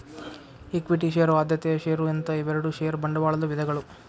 equity ಷೇರು ಆದ್ಯತೆಯ ಷೇರು ಅಂತ ಇವೆರಡು ಷೇರ ಬಂಡವಾಳದ ವಿಧಗಳು